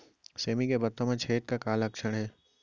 सेमी के पत्ता म छेद के का लक्षण हे?